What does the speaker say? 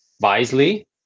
wisely